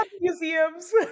museums